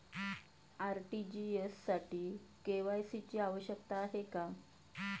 RTGS साठी KYC ची आवश्यकता आहे का?